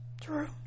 true